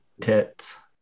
tits